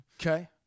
Okay